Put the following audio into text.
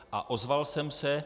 A ozval jsem se.